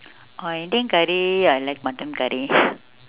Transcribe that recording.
oh indian curry I like mutton curry